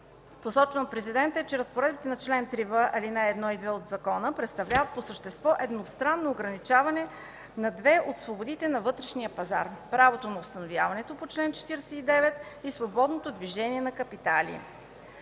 посочен от Президента, е, че разпоредбата на чл. 3в, ал. 1 и 2 от закона представлява по същество едностранно ограничаване на две от свободите на вътрешния пазар – правото на установяването при чл. 49 и свободното движение на капитали.